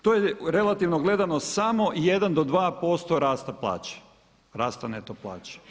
To je relativno gledano samo 1 do 2% rasta plaće, rasta neto plaće.